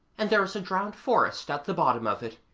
and there is a drowned forest at the bottom of it.